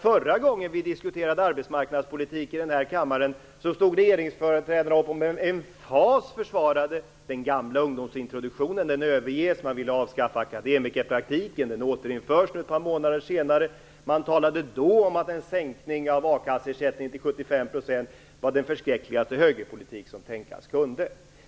Förra gången vi diskuterade arbetsmarknadspolitik i den här kammaren stod regeringsföreträdarna upp och försvarade med emfas den gamla ungdomsintroduktionen - nu överges den. Man ville avskaffa akademikerpraktiken - den återinförs nu ett par månader senare. Man talade då om att en sänkning av a-kasseersättningen till 75 % var den förskräckligaste högerpolitik som tänkas kunde.